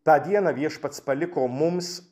tą dieną viešpats paliko mums